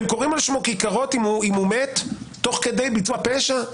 הם קוראים על שמו כיכרות אם הוא מת תוך כדי ביצוע הפשע.